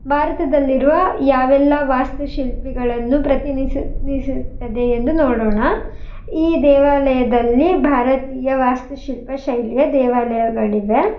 ಭಾರತದಲ್ಲಿರುವ ಯಾವೆಲ್ಲ ವಾಸ್ತುಶಿಲ್ಪಿಗಳನ್ನು ಪ್ರತಿನಿಸ ನಿಸುತ್ತದೆ ಎಂದು ನೋಡೋಣ ಈ ದೇವಾಲಯದಲ್ಲಿ ಭಾರತೀಯ ವಾಸ್ತುಶಿಲ್ಪ ಶೈಲಿಯ ದೇವಾಲಯಗಳಿವೆ